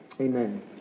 Amen